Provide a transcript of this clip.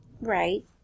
Right